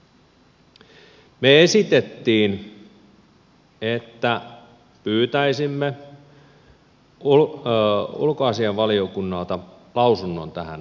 me esitimme että pyytäisimme ulkoasiainvaliokunnalta lausunnon tähän asiaan